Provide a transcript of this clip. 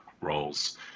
roles